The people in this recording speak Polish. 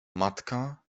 matka